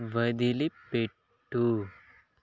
వదిలిపెట్టు